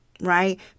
right